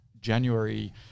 January